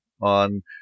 on